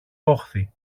όχθη